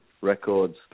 Records